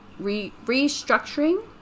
restructuring